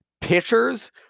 Pitchers